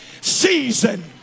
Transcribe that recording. season